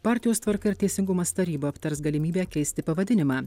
partijos tvarka ir teisingumas taryba aptars galimybę keisti pavadinimą